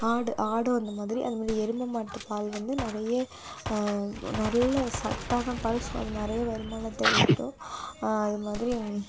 ஆடு ஆடும் அந்த மாதிரி அது மாதிரி எருமை மாட்டு பால் வந்து நிறைய நல்ல சத்தான பால் ஸோ அது நிறைய வருமானத்தை ஈட்டும் அது மாதிரி